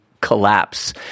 collapse